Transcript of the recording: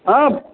आं